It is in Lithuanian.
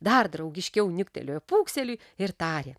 dar draugiškiau niuktelėjo pūkselį ir tarė